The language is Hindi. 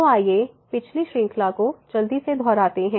तो आइए पिछली श्रृंखला को जल्दी से दोहराते हैं